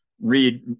read